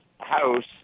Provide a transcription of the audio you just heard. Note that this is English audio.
house